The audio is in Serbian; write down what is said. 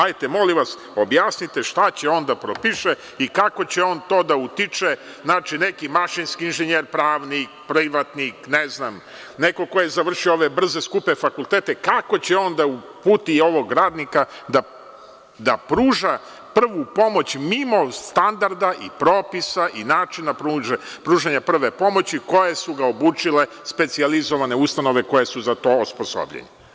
Ajte molim vas, objasnite šta će on da propiše i kako će on to da utiče, znači, neki mašinski inženjer, pravnik, privatnik, ne znam, neko ko je završio ove brze, skupe fakultete, kako će on da uputi ovog radnika da pruža prvu pomoć, mimo standarda i propisa i načina pružanja prve pomoći koje su ga obučile specijalizovane ustanove koje su za to osposobljene.